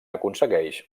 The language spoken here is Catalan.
aconsegueix